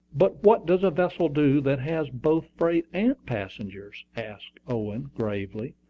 but what does a vessel do that has both freight and passengers? asked owen, gravely.